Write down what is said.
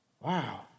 Wow